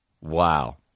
Wow